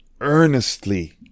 earnestly